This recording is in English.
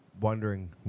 wondering